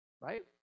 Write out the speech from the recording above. right